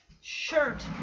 shirt